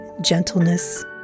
gentleness